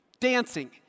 dancing